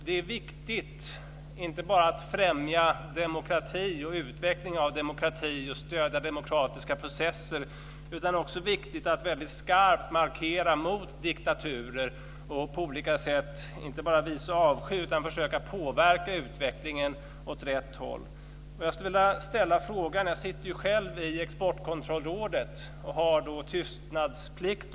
Det är viktigt inte bara att främja demokrati och utveckling av demokrati och att stödja demokratiska processer, utan det är också viktigt att väldigt skarpt markera mot diktaturer och på olika sätt inte bara visa avsky utan också försöka påverka utvecklingen åt rätt håll. Jag sitter ju själv i Exportkontrollrådet och har tystnadsplikt.